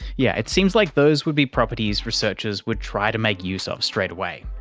yeah it seems like those would be properties researchers would try to make use of straight away.